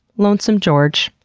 lonesome george,